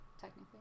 technically